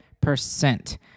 percent